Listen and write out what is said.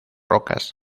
rocas